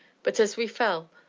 but, as we fell,